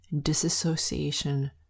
disassociation